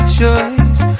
choice